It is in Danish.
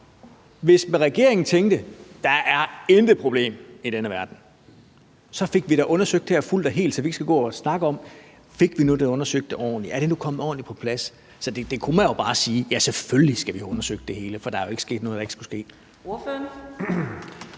Hvis regeringen tænkte, at der intet problem var i denne verden, så fik vi da undersøgt det her fuldt og helt, så vi ikke skal gå og snakke om, om vi nu fik undersøgt det ordentligt, om det nu er kommet ordentligt på plads. Så det kunne man jo bare sige: Ja, selvfølgelig skal vi have undersøgt det hele, for der er jo ikke sket noget, der ikke skulle ske. Kl.